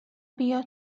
بیا